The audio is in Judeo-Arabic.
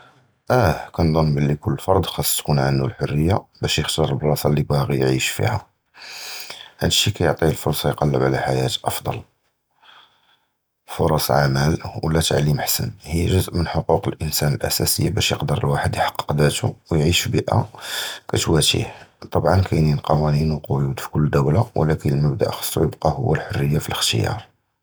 אִיָּא כּנְצַנּ בְּלִי כּוּלּ פָּרְד חַאס תִּקוּן עַנְדּוֹ הַחֻרִיָּה בַּשּׁ תִּחְתַר הַבְּלַאסָה לִי בָּאגִי עַיִּיש פִיהָ, הַדָּא שִׁי כִּיַּעְטִינָא אִלְפוּרְסָה יְקַלֵּב עַל חַיַּאת אַפְסַן, פֻּרס עֻמַּל וְלָא תַּעְלִים אַחְסַן, הִי חֵ'זְء מִן חֻקּוּק הָאָדָם הַאַסָּאסִיָּה בַּשּׁ תְּקַדֵּר וַחְד יַחְקִּיק דִיָּאלו וְיַעִיש בִּבִּיְאָה כִּתְוַאתִיהּ, טַבְעָאן כָּאן כְּווָאנִין וְקְיוּדוּת פִי כּוּלּ דּוֹלָה, וְלָקִין הַמִּנְצָ'ף חַאס יִבָּקִי הוּוּ הַחֻרִיָּה פִי הַאִכְתִּיַאר.